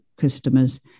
customers